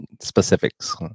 specifics